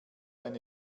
eine